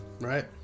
right